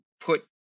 put